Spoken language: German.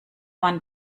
man